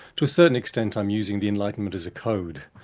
to a certain extent i'm using the enlightenment as a code,